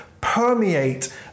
permeate